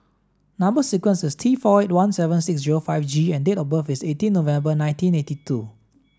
number sequence is T four one seven six zero five G and date of birth is eighteen November nineteen eighty two